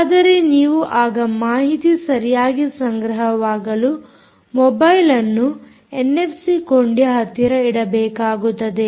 ಆದರೆ ನೀವು ಆಗ ಮಾಹಿತಿ ಸರಿಯಾಗಿ ಸಂಗ್ರಹವಾಗಲು ಮೊಬೈಲ್ ಅನ್ನು ಎನ್ಎಫ್ಸಿ ಕೊಂಡಿಯ ಹತ್ತಿರ ಇಡಬೇಕಾಗುತ್ತದೆ